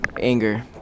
Anger